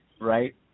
right